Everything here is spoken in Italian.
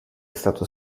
stato